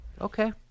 Okay